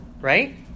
Right